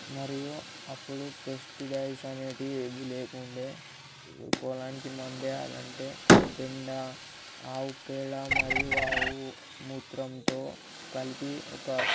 మరియు అప్పుడు పెస్టిసైడ్స్ అనేవి ఏవీ లేకుండే పొలానికి మందు వేయాలి అంటే పేడ ఆవు పేడ మరియు ఆవు మూత్రంతో కలిపి ఒక